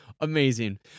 amazing